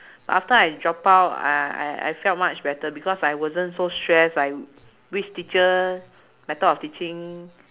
after I drop out I I I felt much better because I wasn't so stress like which teacher method of teaching